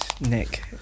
Nick